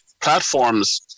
platforms